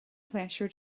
pléisiúr